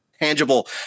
tangible